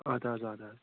اَدٕ حظ اَدٕ حظ